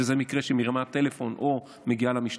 שזה מקרה שהיא מרימה טלפון או מגיעה למשטרה,